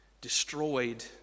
destroyed